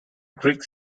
greek